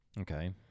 Okay